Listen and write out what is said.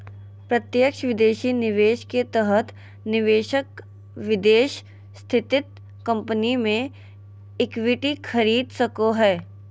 प्रत्यक्ष विदेशी निवेश के तहत निवेशक विदेश स्थित कम्पनी मे इक्विटी खरीद सको हय